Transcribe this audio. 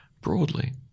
broadly